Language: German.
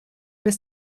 bis